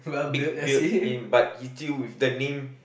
big build in but he still with the name